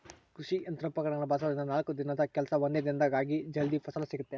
ಕೃಷಿ ಯಂತ್ರೋಪಕರಣಗಳನ್ನ ಬಳಸೋದ್ರಿಂದ ನಾಲ್ಕು ದಿನದ ಕೆಲ್ಸ ಒಂದೇ ದಿನದಾಗ ಆಗಿ ಜಲ್ದಿ ಫಲ ಸಿಗುತ್ತೆ